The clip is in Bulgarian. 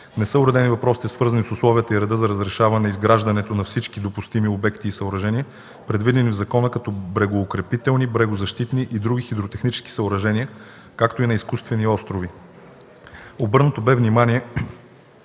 Не са уредени въпросите, свързани с условията и реда за разрешаване изграждането на всички допустими обекти и съоръжения, предвидени в закона, като брегоукрепителни, брегозащитни и други хидротехнически съоръжения, както и на изкуствени острови. Обърнато бе внимание,